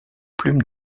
plumes